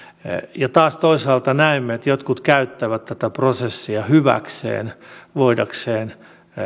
ja taas toisaalta näemme että jotkut käyttävät tätä prosessia hyväkseen voidakseen